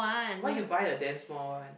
why you buy a damn small one